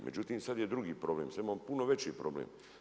Međutim sad je drugi problem, sad imamo puno veći problem.